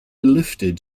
lifted